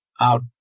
out